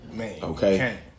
okay